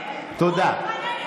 הוא התחנן.